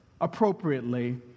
appropriately